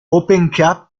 open